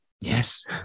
Yes